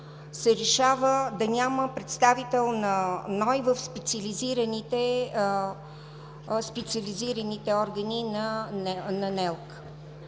се решава да няма представител на НОИ в специализираните органи на НЕЛК.